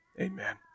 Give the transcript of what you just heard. Amen